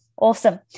Awesome